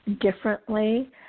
differently